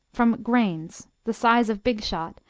from grains, the size of big shot,